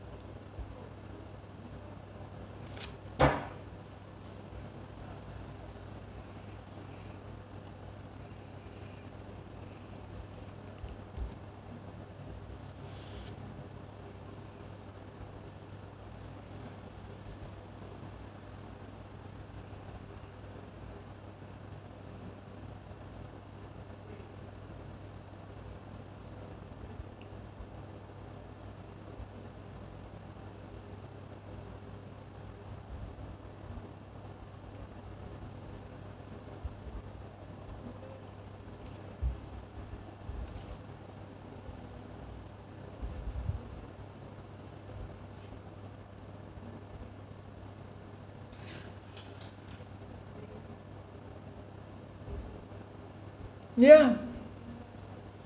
yeah